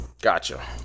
gotcha